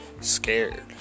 scared